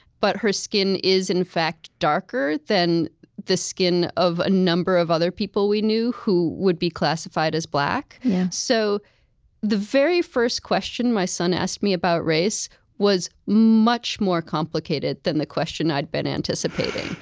but her skin is, in fact, darker than the skin of a number of other people we knew who would be classified as black so the very first question my son asked me about race was much more complicated than the question i'd been anticipating.